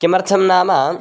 किमर्थं नाम